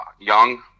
Young